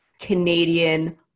Canadian